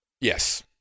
Yes